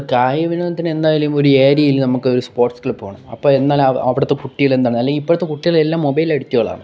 കായിക വിനോദത്തിന് എന്തായാലും ഒരു ഏരിയയില് നമുക്കൊരു സ്പോര്ട്സ് ക്ലബ് വേണം അപ്പോൾ എന്നാൽ അവിടുത്തെ കുട്ടികള് എന്താണ് അല്ലെങ്കിൽ ഇപ്പോഴത്തെ കുട്ടികള് എല്ലാം മൊബൈല് അഡിക്ടുകളാണ്